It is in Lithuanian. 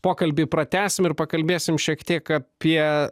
pokalbį pratęsim ir pakalbėsim šiek tiek apie